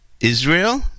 Israel